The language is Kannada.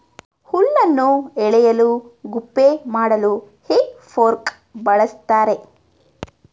ಹುಲ್ಲನ್ನು ಎಳೆಯಲು ಗುಪ್ಪೆ ಮಾಡಲು ಹೇ ಫೋರ್ಕ್ ಬಳ್ಸತ್ತರೆ